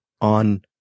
on